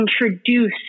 introduce